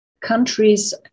countries